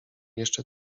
jeszcze